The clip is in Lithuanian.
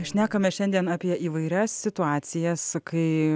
šnekame šiandien apie įvairias situacijas kai